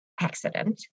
accident